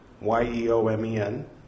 Y-E-O-M-E-N